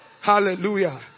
Hallelujah